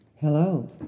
Hello